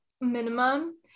minimum